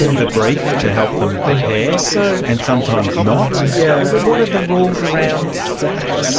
the brief to help them prepare, so and sometimes not. yeah what are the rules around that,